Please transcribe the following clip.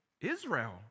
Israel